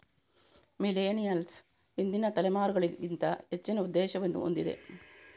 millennials ಹಿಂದಿನ ತಲೆಮಾರುಗಳಿಗಿಂತ ಹೆಚ್ಚಿನ ಉದ್ದೇಶವನ್ನು ಹೊಂದಿದೆ